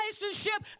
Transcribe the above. relationship